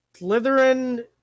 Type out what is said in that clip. Slytherin